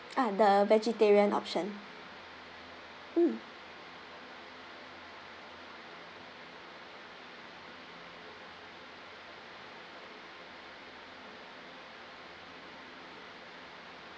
ah the vegetarian option mm